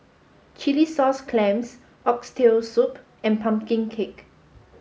Chilli Sauce Clams Oxtail Soup and Pumpkin Cake